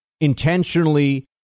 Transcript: intentionally